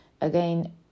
again